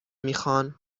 میخان